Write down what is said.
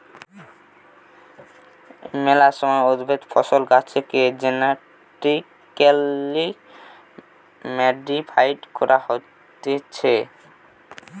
মেলা সময় উদ্ভিদ, ফসল, গাছেকে জেনেটিক্যালি মডিফাইড করা হতিছে